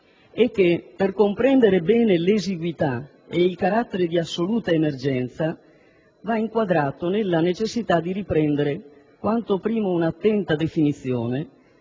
e, per comprenderne bene l'esiguità e il carattere di assoluta emergenza, va inquadrato nella necessità di riprendere quanto prima un'attenta definizione